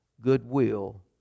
goodwill